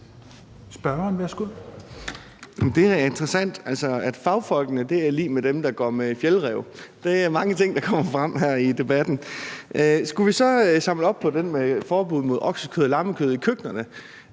Danielsen (V) : Det er da interessant, at fagfolkene er lig med dem, der går med Fjällräven. Der er mange ting, der kommer frem her i debatten. Skulle vi så samle op på den om forbud mod oksekød og lammekød i de